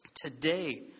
Today